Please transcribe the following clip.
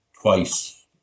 twice